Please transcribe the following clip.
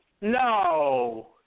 No